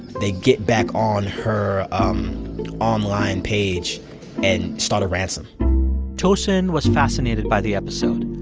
they get back on her online page and start a ransom tosin was fascinated by the episode.